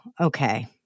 Okay